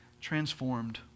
transformed